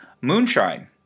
moonshine